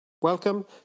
Welcome